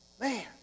Man